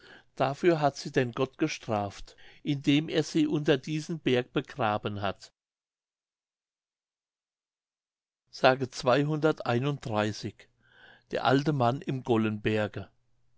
dafür hat sie denn gott gestraft indem er sie unter diesen berg begraben hat der alte mann im